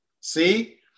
See